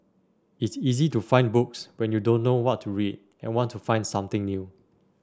it's easy to find books when you don't know what to read and want to find something new